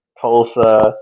Tulsa